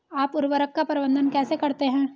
आप उर्वरक का प्रबंधन कैसे करते हैं?